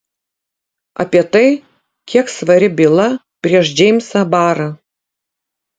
apie tai kiek svari byla prieš džeimsą barą